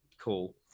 cool